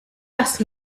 ask